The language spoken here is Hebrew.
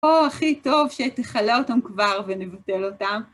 או, הכי טוב שתכלה אותם כבר ונבטל אותם.